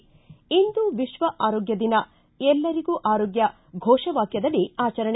ಿ ಇಂದು ವಿಶ್ವ ಆರೋಗ್ಡ ದಿನ ಎಲ್ಲರಿಗೂ ಆರೋಗ್ಡ್ ಘೋಷ ವಾಕ್ಕದಡಿ ಆಚರಣೆ